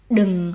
đừng